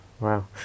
wow